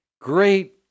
Great